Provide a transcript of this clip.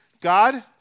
God